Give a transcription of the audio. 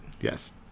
Yes